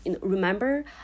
Remember